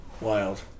Wild